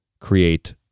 create